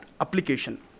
application